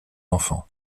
enfants